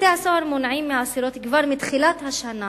בתי-הסוהר מונעים מהאסירות כבר מתחילת השנה